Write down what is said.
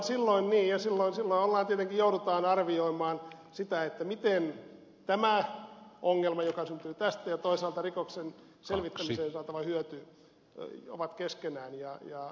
silloin tietenkin joudutaan arvioimaan tätä ongelmaa joka syntyy tästä ja toisaalta rikoksen se on yksi avain löytyy tai ovat selvittämisessä saatavaa hyötyä